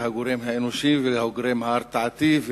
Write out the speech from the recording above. ושיש את הגורם האנושי והגורם ההרתעתי,